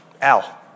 Al